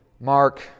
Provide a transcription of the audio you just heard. Mark